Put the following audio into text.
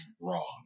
wrong